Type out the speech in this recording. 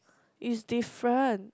it's different